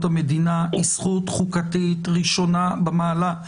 המדינה היא זכות חוקתית ראשונה במעלה.